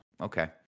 okay